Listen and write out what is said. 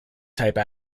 type